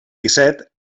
disset